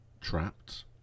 trapped